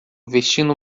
vestindo